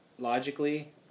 logically